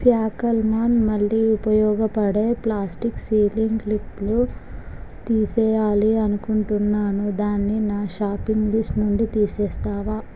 ఫ్యాకల్మాన్ మళ్ళీ ఉపయోగపడే plastic sealing క్లిప్లు తీసేయాలి అనుకుంటున్నాను దాన్ని నా షాపింగ్ లిస్టు నుండి తీసేస్తావా